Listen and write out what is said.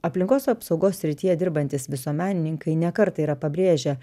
aplinkos apsaugos srityje dirbantys visuomenininkai ne kartą yra pabrėžę